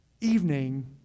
evening